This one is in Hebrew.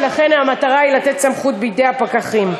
ולכן המטרה היא לתת סמכות בידי הפקחים.